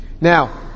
Now